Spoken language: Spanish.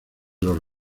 los